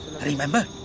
Remember